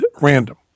Random